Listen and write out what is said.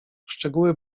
szczegóły